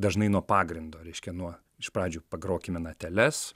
dažnai nuo pagrindo reiškia nuo iš pradžių pagrokime nateles